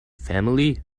family